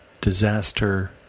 disaster